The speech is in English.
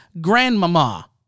grandmama